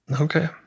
Okay